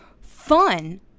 fun